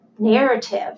Narrative